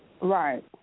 Right